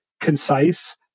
concise